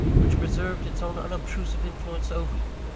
which preserved its own unobtrusive influence over you,